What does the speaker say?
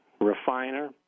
refiner